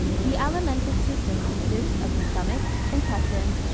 the alimentive system consists of the stomach, intestines,